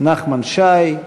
נחמן שי.